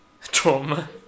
trauma